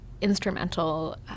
instrumental